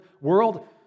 world